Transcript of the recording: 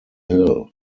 hill